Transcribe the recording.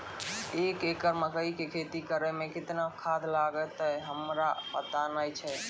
एक एकरऽ मकई के खेती करै मे केतना खाद लागतै हमरा पता नैय छै?